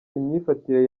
imyifatire